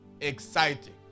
exciting